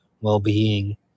well-being